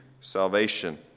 salvation